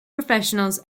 professionals